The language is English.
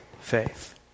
faith